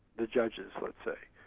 the judges, let's say.